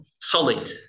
solid